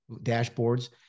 dashboards